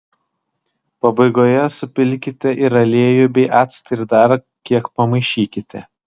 pabaigoje supilkite ir aliejų bei actą ir dar kiek pamaišykite